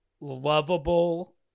lovable